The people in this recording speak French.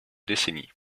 décennies